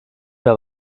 mehr